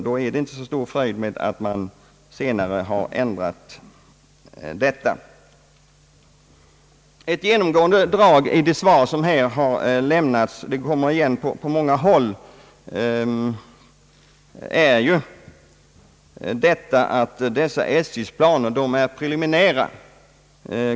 Då är det inte så stor fröjd med att man senare har ändrat detta missförhållande. Ett genomgående drag i det svar som lämnats här — det kommer igen vid flera tillfällen — är att SJ:s planer är preliminära.